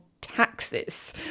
taxes